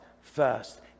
first